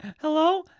Hello